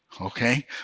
okay